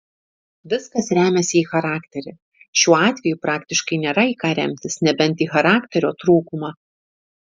viskas remiasi į charakterį šiuo atveju praktiškai nėra į ką remtis nebent į charakterio trūkumą